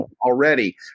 already